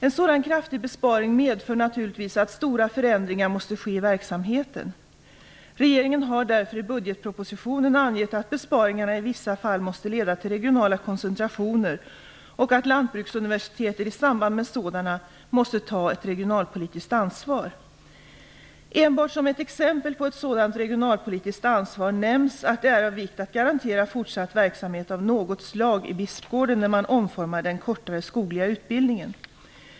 En sådan kraftig besparing medför naturligtvis att stora förändringar måste ske i verksamheten. Regeringen har därför i budgetpropositionen angett att besparingarna i vissa fall måste leda till regionala koncentrationer och att Lantbruksuniversitetet i samband med sådana måste ta ett regionalpolitiskt ansvar. Enbart som ett exempel på ett sådant regionalpolitiskt ansvar nämns att det är viktigt att garantera fortsatt verksamhet av något slag i Bispgården när man omformar den kortare skogliga utbildningen.